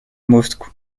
moscou